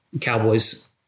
Cowboys